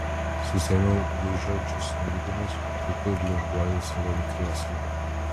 susiėmiau ūžiančius smilkinius taip ir linguoju savam krėsle